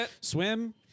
Swim